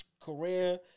career